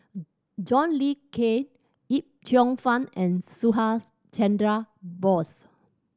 John Le Cain Yip Cheong Fun and Subhas Chandra Bose